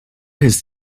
his